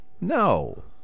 no